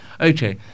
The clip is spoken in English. okay